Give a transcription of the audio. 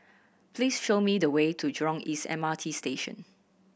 please show me the way to Jurong East M R T Station